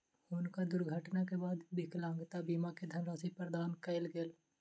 हुनका दुर्घटना के बाद विकलांगता बीमा के धनराशि प्रदान कयल गेल